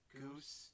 goose